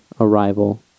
arrival